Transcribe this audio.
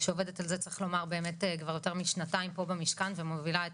שעובדת על זה כבר יותר משנתיים פה במשכן ומובילה את